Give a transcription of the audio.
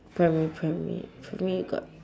primary primary primary got